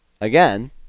Again